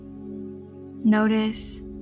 Notice